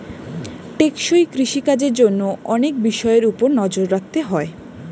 টেকসই কৃষি কাজের জন্য অনেক বিষয়ের উপর নজর রাখতে হয়